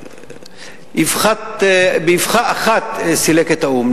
באבחה אחת סילק את האו"ם.